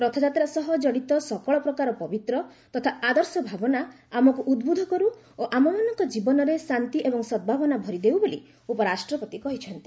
ରଥଯାତ୍ରା ସହ ଜଡ଼ିତ ସକଳ ପ୍ରକାର ପବିତ୍ର ତଥା ଆଦର୍ଶ ଭାବନା ଆମକୁ ଉଦ୍ବୁଦ୍ଧ କରୁ ଓ ଆମମାନଙ୍କ ଜୀବନରେ ଶାନ୍ତି ଏବଂ ସଦ୍ଭାବନା ଭରିଦେଉ ବୋଲି ଉପରାଷ୍ଟ୍ରପତି କହିଚ୍ଛନ୍ତି